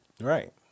Right